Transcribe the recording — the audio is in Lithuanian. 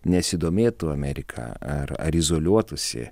nesidomėtų amerika ar ar izoliuotųsi